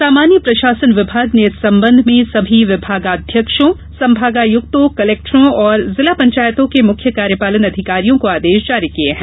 सामान्य प्रशासन विभाग ने इस संबंध में सभी विभागाध्यक्षों संभागायुक्तों कलेक्टरों और जिला पंचायतों के मुख्य कार्यपालन अधिकारियों को आदेश जारी किये हैं